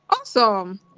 awesome